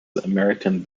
american